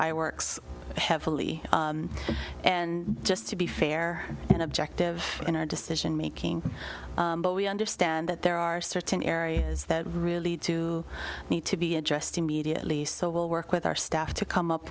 i works heavily and just to be fair and objective in our decision making but we understand that there are certain areas that really two need to be addressed immediately so we'll work with our staff to come up